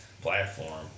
platform